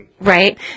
right